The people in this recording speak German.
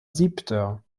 siebter